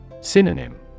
Synonym